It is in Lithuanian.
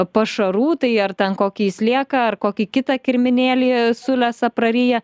pašarų tai ar ten kokį slieką ar kokį kitą kirminėlį sulesa praryja